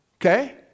Okay